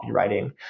copywriting